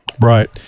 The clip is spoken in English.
Right